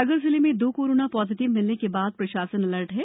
सागर जिले में दो कोरोना पाजिटिव मरीज मिलने के बाद प्रशासन अलर्ट है